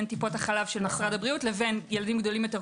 בין טיפות החלב של משרד הבריאות לילדים גדולים יותר,